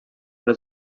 les